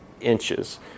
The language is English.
inches